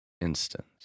instance